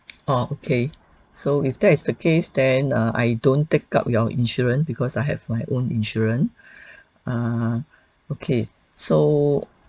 oh okay so if that's the case then uh I don't take up your insurance because I have my own insurance uh okay so